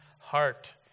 heart